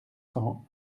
cents